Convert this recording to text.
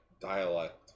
dialect